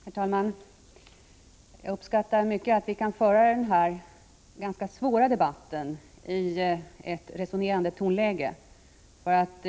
Herr talman! Jag uppskattar mycket att vi kan föra den här ganska svåra debatten i ett resonerande tonläge.